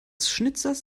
schnitzers